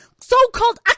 so-called